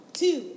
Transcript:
two